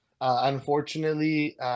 Unfortunately